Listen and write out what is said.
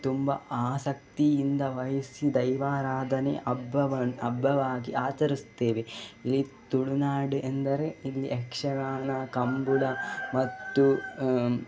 ತುಂಬ ಆಸಕ್ತಿಯಿಂದ ವಹಿಸಿ ದೈವಾರಾಧನೆ ಹಬ್ಬವ ಹಬ್ಬವಾಗಿ ಆಚರಿಸ್ತೇವೆ ಇಲ್ಲಿ ತುಳುನಾಡು ಎಂದರೆ ಇಲ್ಲಿ ಯಕ್ಷಗಾನ ಕಂಬಳ ಮತ್ತು